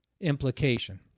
implication